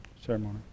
ceremony